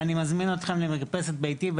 ואני מזמין אתכם למרפסת ביתי,